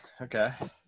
okay